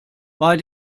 bei